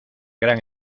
gran